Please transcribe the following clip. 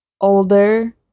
older